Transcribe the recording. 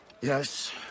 Yes